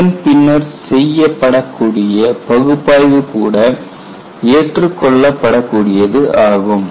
இதன் பின்னர் செய்யப்படக்கூடிய பகுப்பாய்வு கூட ஏற்றுக் கொள்ளப்படக் கூடியது ஆகும்